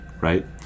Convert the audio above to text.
right